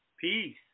Peace